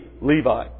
Levi